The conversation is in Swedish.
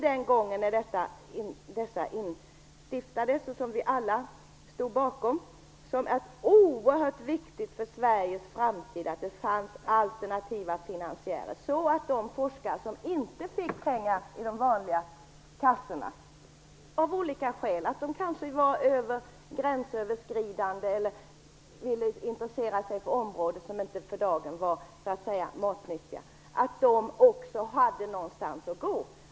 Den gången stiftelserna instiftades, vilket vi alla stod bakom, såg vi det som oerhört viktigt för Sveriges framtid att det fanns alternativa finansiärer. De forskare som av olika skäl - de kanske var gränsöverskridande eller intresserade sig för områden som inte var matnyttiga för dagen - inte fick pengar från de vanliga kassorna fick på så vis också någonstans att gå.